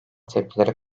tepkileri